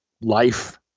life